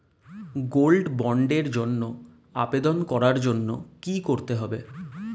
Gold বন্ডের জন্য আবেদন করার জন্য কি করতে হবে?